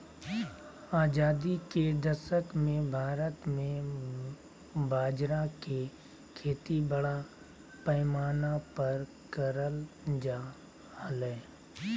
आजादी के दशक मे भारत मे बाजरा के खेती बड़ा पैमाना पर करल जा हलय